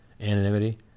anonymity